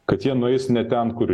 kad jie nueis ne ten kur